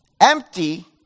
empty